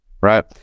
right